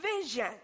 vision